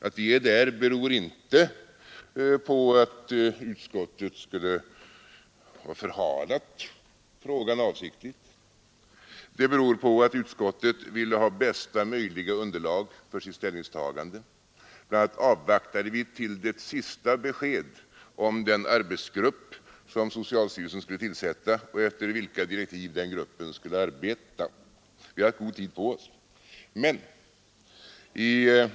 Att vi är där beror inte på att utskottet skulle ha förhalat frågan avsiktligt. Det beror på att utskottet ville ha bästa möjliga underlag för sitt ställningstagande. BI. a. avvaktade vi till det sista besked om den arbetsgrupp som socialstyrelsen skulle tillsätta och om vilka direktiv den skulle arbeta efter. Vi har tagit god tid på oss.